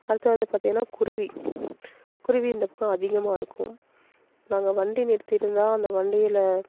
அடுத்தது வந்து பார்த்திங்கன்னா குருவி குருவி இந்த பக்கம் அதிகமாக இருக்கும் நாங்கள் வண்டி நிறுத்தியிருந்தா அந்த வண்டியில்